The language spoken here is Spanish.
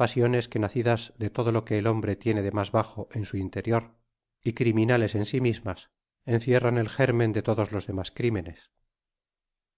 pasiones que nateidas de todo lo que el hombre tiene de mas bajo en su in terior y criminales en sí mismas encierran el germen de todos los demás crimenes